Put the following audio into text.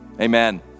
Amen